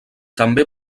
també